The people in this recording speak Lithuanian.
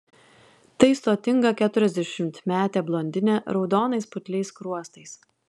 tai stotinga keturiasdešimtmetė blondinė raudonais putliais skruostais